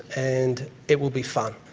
and it will be fun.